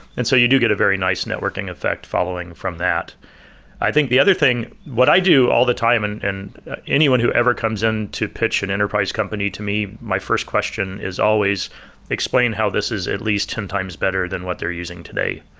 and so you do get a very nice networking effect following from that i think the other thing, what i do all the time and and anyone who ever comes in to pitch an enterprise company to me, my first question is always explain how this is at least ten times better than what they're using today.